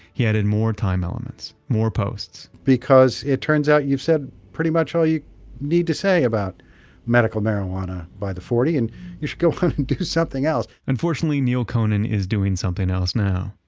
he added more time elements, more posts because it turns out, you've said pretty much all you need to say about medical marijuana by the forty, and you should go do something else unfortunately, neal conan is doing something else now.